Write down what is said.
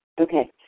Okay